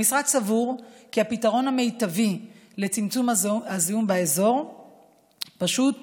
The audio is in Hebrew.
המשרד סבור כי הפתרון המיטבי לצמצום הזיהום באזור הוא פשוט,